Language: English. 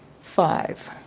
five